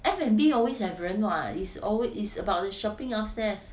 F&B always have 人 what it's always it's about the shopping upstairs